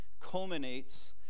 culminates